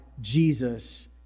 Jesus